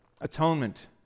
Atonement